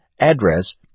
address